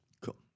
Cool